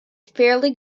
fairly